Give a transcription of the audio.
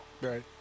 Right